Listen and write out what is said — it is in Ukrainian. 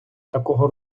такого